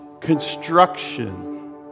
construction